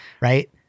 Right